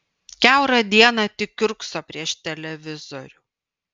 kiaurą dieną tik kiurkso prieš televizorių